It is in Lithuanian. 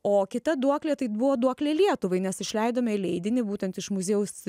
o kita duoklė tai buvo duoklė lietuvai nes išleidome leidinį būtent iš muziejaus